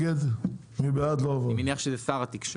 אני מניח שזה שר התקשורת,